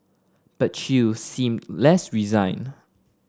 but Chew seemed less resigned